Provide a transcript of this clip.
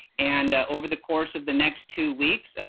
and over the course of the next two weeks,